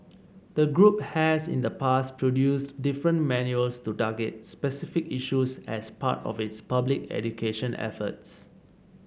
the group has in the past produced different manuals to target specific issues as part of its public education efforts